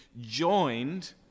joined